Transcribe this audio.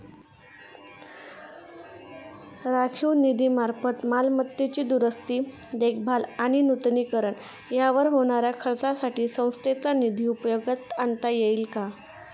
राखीव निधीमार्फत मालमत्तेची दुरुस्ती, देखभाल आणि नूतनीकरण यावर होणाऱ्या खर्चासाठी संस्थेचा निधी उपयोगात आणता येईल का?